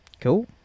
Cool